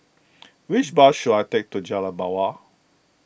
which bus should I take to Jalan Mawar